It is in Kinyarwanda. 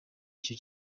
icyo